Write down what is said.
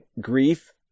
grief